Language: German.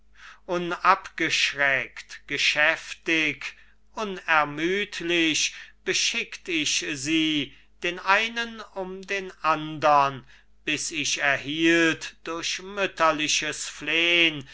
frieden rufend unabgeschreckt geschäftig unermüdlich beschickt ich sie den einen um den andern bis ich erhielt durch mütterliches flehn